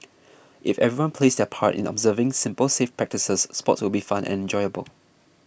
if everyone plays their part in observing simple safe practices sports will be fun and enjoyable